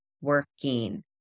working